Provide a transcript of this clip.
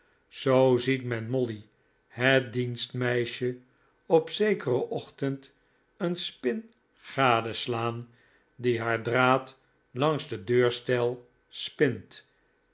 zoo ziet men molly het dienstmeisje op zekeren ochtend een spin gadeslaan die haar draad langs den deurstijl spint